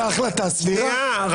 זו החלטה סבירה.